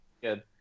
Good